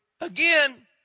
again